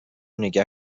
نیگه